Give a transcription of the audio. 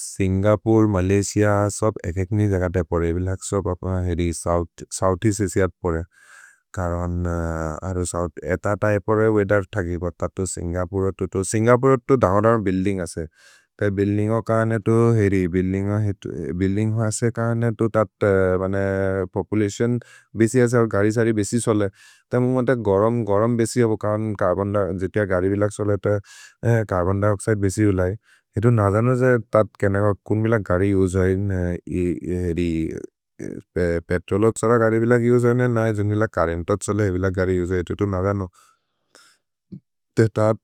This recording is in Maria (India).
Singapore, Malaysia, सब् एक् एक्नि जगत् ए बिलक्सो बप हेरि सोउथ्, सोउथ् एअस्त् असिअद् परे कर्वन् अरु सोउथ् एत त ए परे वेदर् थगि पर् ततु सिन्गपोरे तुतु सिन्गपोरे तुतु धमदन् बुइल्दिन्ग् असे। त बुइल्दिन्ग् ओ काने तु हेरि बुइल्दिन्ग् ओ हितु बुइल्दिन्ग् हो असे काने तु तत् बने पोपुलतिओन् बेसि असे। और् गरि सरि बेसि सोले त मोमेन्त गरम् गरम् बेसि हबो कर्वन् जितिअ गरि बिलक्सोले त चर्बोन् दिओक्सिदे बेसि हु। लहि हितु न दनो जे तत् केनक् बप कुन् बिल गरि उजहिन् हेरि पेत्रोलोग् सर गरि बिल कि उजहिन् है जुन्ग् बिल चुर्रेन्त छोले। हेबिल गरि उजहिन् हितु तु न दनो ते तत्